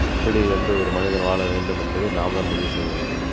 எப்படி வந்து ஒரு மனிதன் வாழ வேண்டும் என்பதை நாம்தான் முடிவு செய்ய வேண்டும்